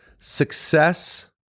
Success